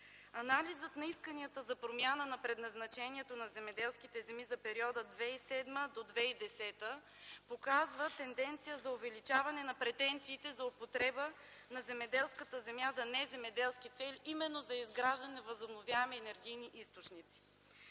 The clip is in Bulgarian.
Анализът на исканията за промяна на предназначението на земеделските земи за периода 2007-2010 г. показва тенденция за увеличаване на претенциите за употреба на земеделската земя за неземеделски цели именно за изграждане на възобновяеми енергийни източници.